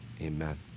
Amen